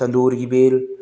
तंदूर की बेल